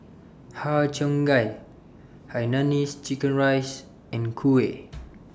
Har Cheong Gai Hainanese Chicken Rice and Kuih